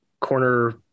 corner